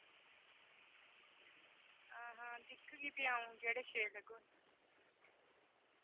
हां हां दिक्खगी फ्ही आऊं जेह्ड़े शैल लग्गग